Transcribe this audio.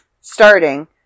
Starting